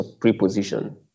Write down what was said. preposition